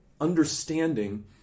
understanding